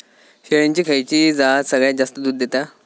शेळ्यांची खयची जात सगळ्यात जास्त दूध देता?